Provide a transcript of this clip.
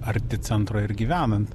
arti centro ir gyvenant